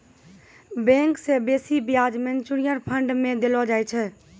bank से बेसी ब्याज म्यूचुअल फंड मे देलो जाय छै